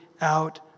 out